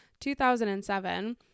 2007